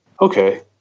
okay